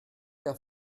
der